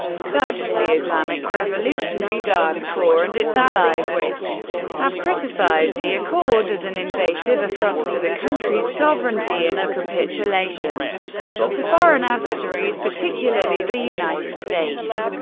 such as the islamic revolutionary guards corps and its allies, which have criticized the accord as an invasive affront to the country's sovereignty and a capitulation to foreign adversaries, particularly the united states.